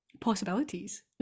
possibilities